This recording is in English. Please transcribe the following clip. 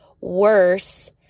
worse